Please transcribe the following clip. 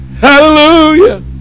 Hallelujah